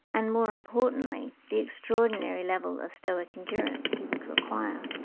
and, more importantly, the extraordinary level of stoic endurance he would require?